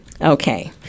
Okay